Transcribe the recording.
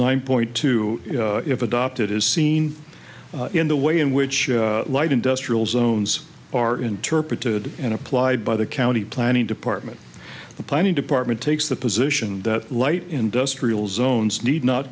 mischief point to if adopted as seen in the way in which light industrial zones are interpreted and applied by the county planning department the planning department takes the position that light industrial zones need not